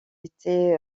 été